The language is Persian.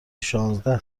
شانزده